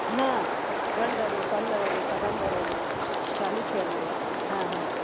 ಹಾಂ ಗಂಗರು ಪಲ್ಲವರು ಕದಂಬರು ಚಾಲುಕ್ಯರೂ ಆಂ ಹಾಂ